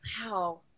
Wow